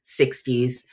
60s